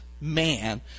man